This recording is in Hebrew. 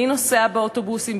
מי נוסע באוטובוסים,